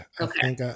okay